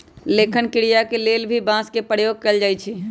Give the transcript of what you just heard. लेखन क्रिया के लेल भी बांस के प्रयोग कैल जाई छई